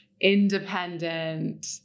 independent